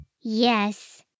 Yes